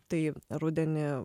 tai rudenį